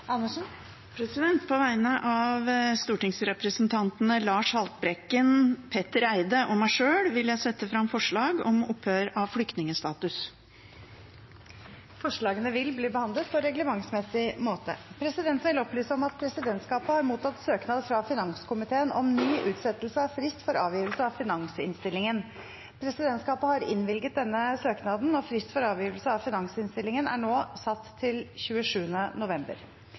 På vegne av stortingsrepresentantene Lars Haltbrekken, Petter Eide og meg sjøl vil jeg sette fram forslag om opphør av flyktningstatus. Forslagene vil bli behandlet på reglementsmessig måte. Presidenten vil opplyse om at presidentskapet har mottatt søknad fra finanskomiteen om ny utsettelse av frist for avgivelse av finansinnstillingen. Presidentskapet har innvilget denne søknaden, og frist for avgivelse av finansinnstillingen er nå satt til 27. november.